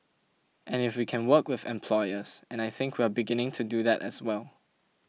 and if we can work with employers and I think we're beginning to do that as well